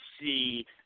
see